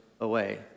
away